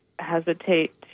hesitate